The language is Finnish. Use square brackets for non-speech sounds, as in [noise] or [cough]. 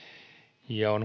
ja on [unintelligible]